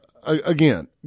Again